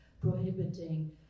prohibiting